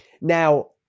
Now